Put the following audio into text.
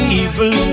evil